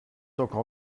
encore